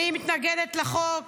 אני מתנגדת לחוק